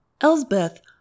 Elsbeth